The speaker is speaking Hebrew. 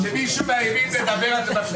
כשמישהו מהימין מדבר, אתם מפריעים.